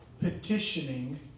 petitioning